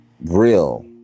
real